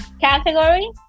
category